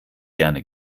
gerne